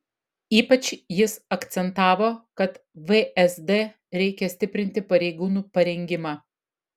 ypač jis akcentavo kad vsd reikia stiprinti pareigūnų parengimą